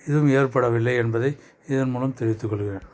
இதுவும் ஏற்படவில்லை என்பதை இதன்மூலம் தெரிவித்து கொள்கிறேன்